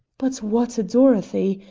but what a dorothy!